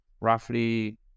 Roughly